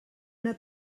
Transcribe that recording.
una